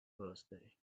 birthday